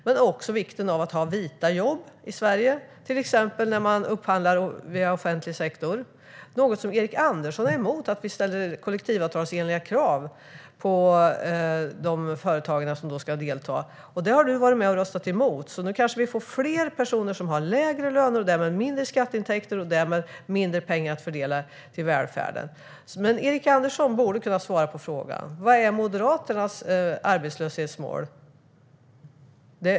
Det är viktigt att ha vita jobb i Sverige, till exempel när man upphandlar i offentlig sektor. Erik Andersson är emot att vi ställer kollektivavtalsenliga krav på de företag som ska delta i upphandlingar. Detta har han röstat emot, och därmed får vi kanske fler personer som har lägre löner, vilket leder till mindre skatteintäkter och mindre pengar att fördela till välfärden. Erik Andersson borde kunna svara på frågan om vilket arbetslöshetsmål Moderaterna har.